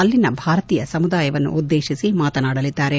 ಅಲ್ಲಿನ ಭಾರತೀಯ ಸಮುದಾಯವನ್ನುದ್ದೇಶಿಸಿ ಮಾತನಾಡಲಿದ್ದಾರೆ